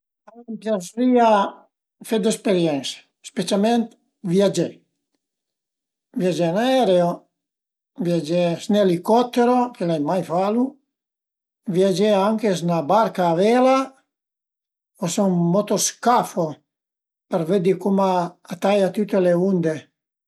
A m'piazerìa fe d'esperiense, specialment viagé, viagé ën aereo, viagé sü ün elicottero che l'ai mai falu, viagé anche s'na barca a vela o sü ün motoscafo për vëddi cum a taia tüte le unde